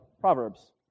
Proverbs